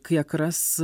kiek ras